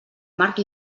marc